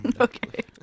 Okay